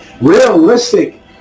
realistic